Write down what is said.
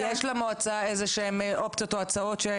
האם יש למועצה איזשהן אופציות או הצעות שהיא